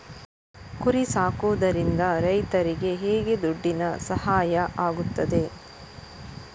ಕುರಿ ಸಾಕುವುದರಿಂದ ರೈತರಿಗೆ ಹೇಗೆ ದುಡ್ಡಿನ ಸಹಾಯ ಆಗ್ತದೆ?